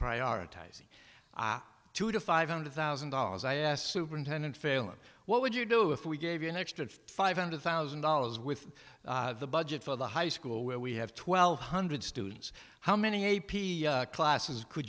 prioritizing to the five hundred thousand dollars i asked superintendent failon what would you do if we gave you an extra five hundred thousand dollars with the budget for the high school where we have twelve hundred students how many a p classes could